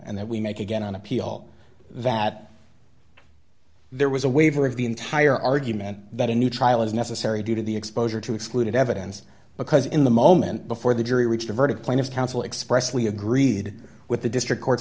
and then we make again on appeal that there was a waiver of the entire argument that a new trial is necessary due to the exposure to excluded evidence because in the moment before the jury reached a verdict plaintiff's counsel expressly agreed with the district court